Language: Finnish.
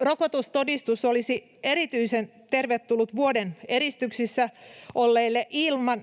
Rokotustodistus olisi erityisen tervetullut vuoden eristyksissä olleille,